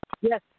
Yes